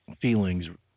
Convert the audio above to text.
feelings